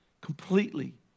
completely